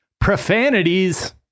profanities